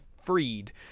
freed